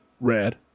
red